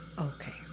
okay